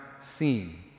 seen